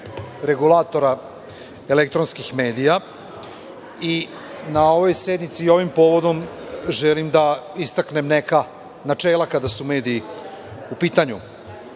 regulatora elektronskih medija i na sednici i ovim povodom želim da istaknem neka načela kada su mediji u pitanju. Sloboda